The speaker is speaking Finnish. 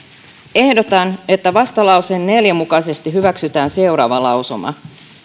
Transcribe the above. ehdotan että vastalauseen neljä mukaisesti hyväksytään seuraava lausuma